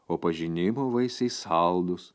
o pažinimo vaisiai saldūs